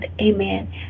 amen